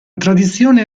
tradizione